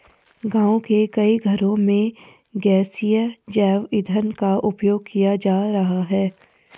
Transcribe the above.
गाँव के कई घरों में गैसीय जैव ईंधन का उपयोग किया जा रहा है